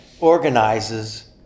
organizes